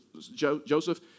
Joseph